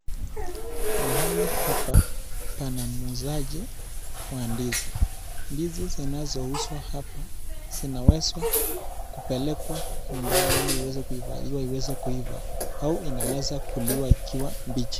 Mahali hapa pana muuzaji wa ndizi. Ndizi zinazouzwa hapa zinawezwa kupelekwa nyumbani ili iweze kuvaliwa iweze kuiva au inaweza kuliwa ikiwa mbichi.